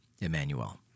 Emmanuel